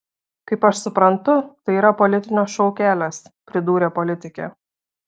kaip aš suprantu tai yra politinio šou kelias pridūrė politikė